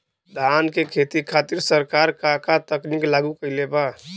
धान क खेती खातिर सरकार का का तकनीक लागू कईले बा?